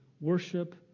worship